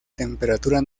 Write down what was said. temperatura